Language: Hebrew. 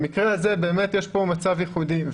במקרה הזה באמת יש כאן מצב ייחודי.